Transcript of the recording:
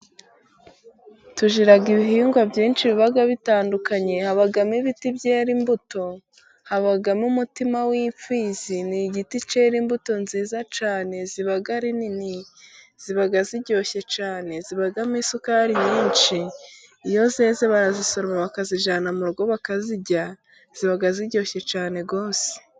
Tugira ibihingwa byinshi biba bitandukanye, habamo ibiti byera imbuto, habamo umutima w'imfizi. Ni igiti cyera imbuto nziza cyane ziba ari nini, ziba ziryoshye cyane, zibamo isukari nyinshi, yo zeze barazisoroma bakazijyana mu rugo, bakazirya, ziba ziryoshye cyane rwose.